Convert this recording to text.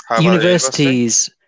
Universities